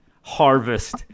Harvest